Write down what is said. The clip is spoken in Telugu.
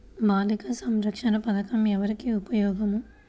బాలిక సంరక్షణ పథకం ఎవరికి ఉపయోగము?